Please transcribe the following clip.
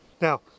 Now